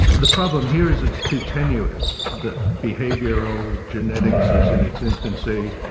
the problem here is it's too tenuous that behavioural genetics is in its infancy.